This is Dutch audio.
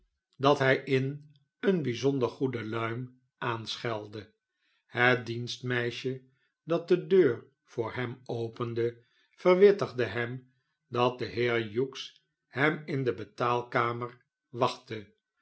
dat hij in eene bijzonder goede luim aanschelde het dienstmeisje dat de deur voor hem opende verwittigde hem dat de heer hughes hem in de betaalkamer wachtte